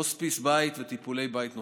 הוספיס בית וטיפולי בית נוספים.